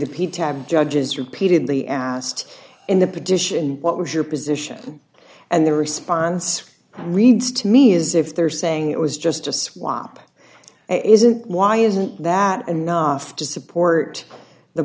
p tab judges repeatedly asked in the petition what was your position and the response reads to me as if they're saying it was just a swap it isn't why isn't that enough to support the